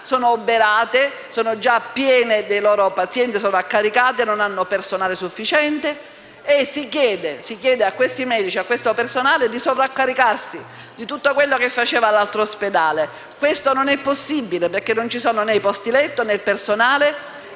sono oberate, sono già piene dei loro pazienti, sono sovraccaricate, non hanno personale sufficiente e si chiede ai medici e al personale di sovraccaricarsi di tutto quello che faceva l'altro ospedale. Questo non è possibile perché non ci sono né i posti letto né il personale.